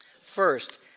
First